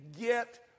get